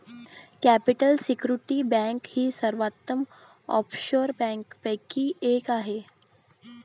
capital Security Bank ही सर्वोत्तम offshore बँकांपैकी एक आहे